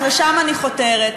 לשם אני חותרת.